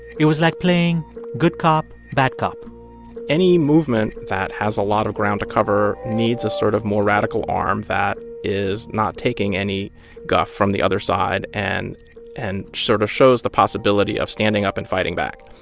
it was like playing good cop, bad cop any movement that has a lot of ground to cover needs a sort of more radical arm that is not taking any guff from the other side and and sort of shows the possibility of standing up and fighting back.